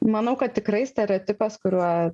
manau kad tikrai stereotipas kuriuo